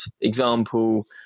Example